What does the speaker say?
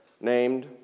named